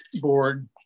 board